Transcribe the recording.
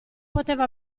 poteva